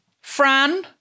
Fran